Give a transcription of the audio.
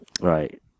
right